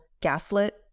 gaslit